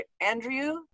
Andrew